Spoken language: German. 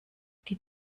die